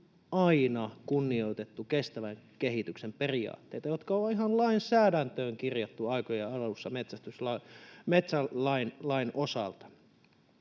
aina kunnioitettu kestävän kehityksen periaatteita, jotka on ihan lainsäädäntöön kirjattu aikojen alussa metsälain osalta.